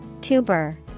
Tuber